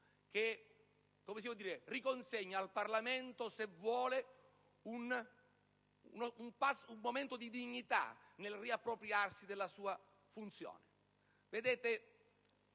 che riconsegna al Parlamento, se lo vuole cogliere, un momento di dignità nel riappropriarsi della sua funzione.